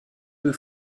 peu